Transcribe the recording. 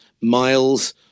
miles